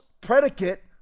predicate